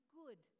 good